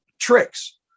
tricks